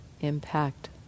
impact